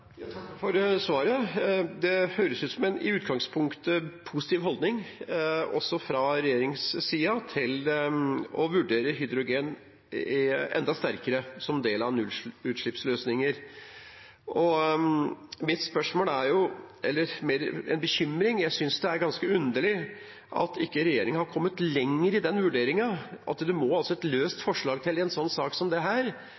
for svaret. Det høres ut som en i utgangspunktet positiv holdning – også fra regjeringssiden – til å vurdere hydrogen enda sterkere som en del av nullutslippsløsninger. Mitt spørsmål er mer en bekymring: Jeg synes det er ganske underlig at regjeringen ikke har kommet lenger i denne vurderingen, at det må et løst